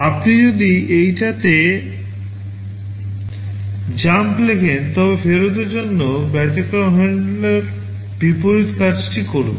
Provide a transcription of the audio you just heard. আপনি যদি এইটিতে জাম্প লেখেন তবে ফেরতের জন্য ব্যতিক্রম হ্যান্ডলার বিপরীত কাজটি করবে